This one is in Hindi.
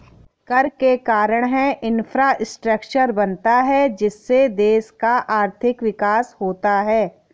कर के कारण है इंफ्रास्ट्रक्चर बनता है जिससे देश का आर्थिक विकास होता है